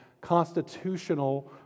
constitutional